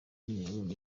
yabonye